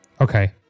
Okay